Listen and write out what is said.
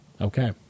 Okay